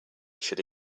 should